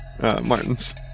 Martins